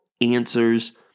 answers